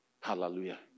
Hallelujah